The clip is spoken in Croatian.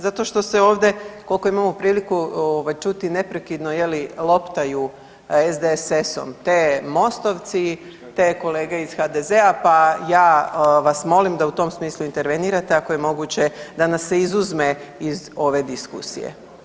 Zato što se ovde koliko imamo priliku čuti neprekidno je li loptaju SDSS-om, te MOST-ovci, te kolege iz HDZ-a, pa ja vas molim da u tom smislu intervenirate ako je moguće da nas se izuzme iz ove diskusije.